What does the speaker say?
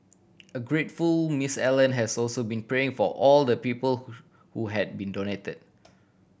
a grateful Miss Allen has also been praying for all the people who have been donated